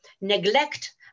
neglect